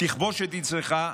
תכבוש את יצרך.